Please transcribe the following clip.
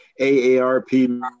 AARP